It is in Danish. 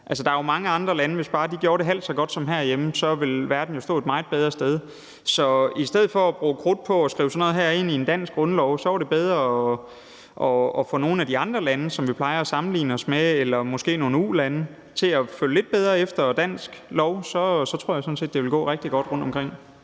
der er jo mange andre lande, og hvis bare de gjorde det halvt så godt som herhjemme, ville verden stå et meget bedre sted. Så i stedet for at bruge krudt på at skrive sådan noget her ind i en dansk grundlov, var det bedre at få nogle af de andre lande, som vi plejer at sammenligne os med, eller måske nogle ulande, til at følge dansk lov lidt mere. Så tror jeg sådan set det ville gå rigtig godt rundtomkring.